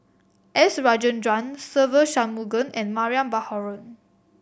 S Rajendran Se Ve Shanmugam and Mariam Baharom